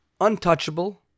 untouchable